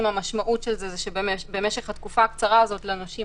המשמעות של עיכוב ההליכים היא שבמשך התקופה הקצרה הזאת לנושים